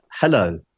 Hello